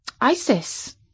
Isis